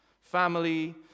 family